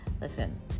listen